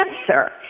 answer